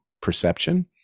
perception